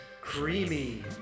Creamy